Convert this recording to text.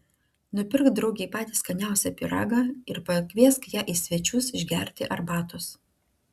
nupirk draugei patį skaniausią pyragą ir pakviesk ją į svečius išgerti arbatos